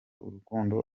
urukundo